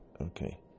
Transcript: Okay